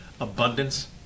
abundance